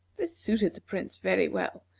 this suited the prince very well,